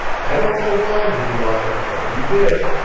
i don't know why he lied, but he did!